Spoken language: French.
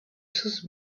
sauce